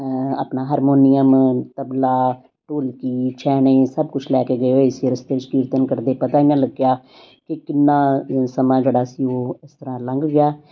ਅ ਆਪਣਾ ਹਾਰਮੋਨੀਅਮ ਤਬਲਾ ਢੋਲਕੀ ਛੈਨੇ ਸਭ ਕੁਛ ਲੈ ਕੇ ਗਏ ਹੋਏ ਸੀ ਰਸਤੇ 'ਚ ਕੀਰਤਨ ਕਰਦੇ ਪਤਾ ਹੀ ਨਾ ਲੱਗਿਆ ਕਿ ਕਿੰਨਾ ਅ ਸਮਾਂ ਜਿਹੜਾ ਸੀ ਉਹ ਇਸ ਤਰ੍ਹਾਂ ਲੰਘ ਗਿਆ